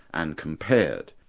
and compared.